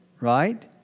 right